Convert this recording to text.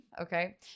okay